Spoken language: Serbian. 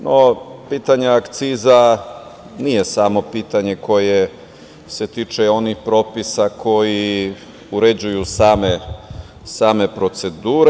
No, pitanja akciza nije samo pitanje koje se tiče onih propisa koji uređuju same procedure.